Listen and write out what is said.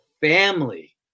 family